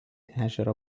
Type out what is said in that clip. ežero